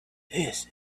this